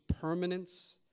permanence